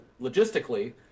logistically